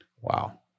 Wow